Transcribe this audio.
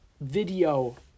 video